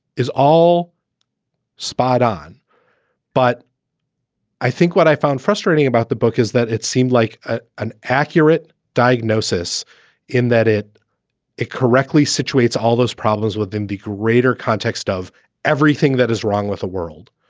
is all spot on but i think what i found frustrating about the book is that it seemed like ah an accurate diagnosis in that it incorrectly situates all those problems within the greater context of everything that is wrong with the world.